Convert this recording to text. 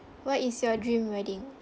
what is your dream wedding